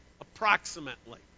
Approximately